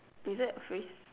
is that a phrase